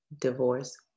divorce